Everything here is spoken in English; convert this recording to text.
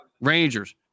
rangers